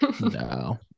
no